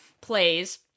plays